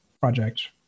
project